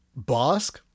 Bosk